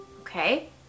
Okay